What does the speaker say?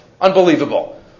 Unbelievable